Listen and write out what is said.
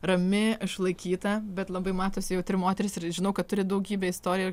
rami išlaikyta bet labai matosi jautri moteris ir žinau kad turi daugybę istorijų